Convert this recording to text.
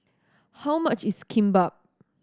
how much is Kimbap